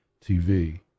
TV